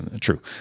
true